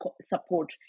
support